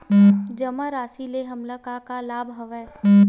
जमा राशि ले हमला का का लाभ हवय?